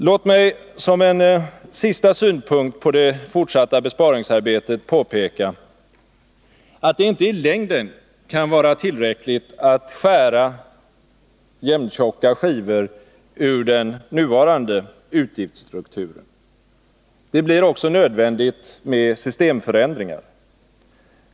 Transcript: Låt mig som en sista synpunkt på det fortsatta besparingsarbetet påpeka att det inte i längden kan vara tillräckligt att skära jämna skivor ur den nuvarande utgiftsstrukturen. Det blir också nödvändigt med systemförändringar.